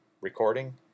recording